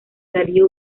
darío